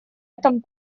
этом